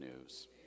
news